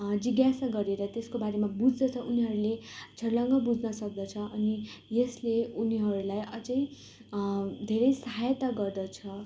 जिज्ञासा गरेर त्यसको बारेमा बुझ्दछ उनीहरूले छर्लङ्ग बुझ्नसक्दछ अनि यसले उनीहरूलाई अझै धेरै सहायता गर्दछ